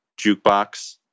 jukebox